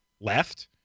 left